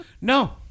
No